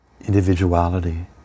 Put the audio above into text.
individuality